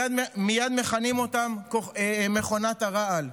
מייד מכנים אותם "מכונת הרעל",